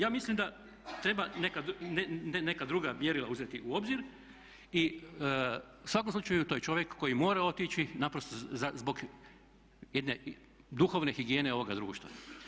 Ja mislim da treba neka druga mjerila uzeti u obzir i u svakom slučaju to je čovjek koji mora otići, naprosto zbog jedne duhovne higijene ovoga društva.